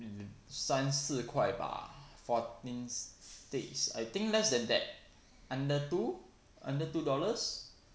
三四块吧 fourteen sticks I think less than that under two under two dollars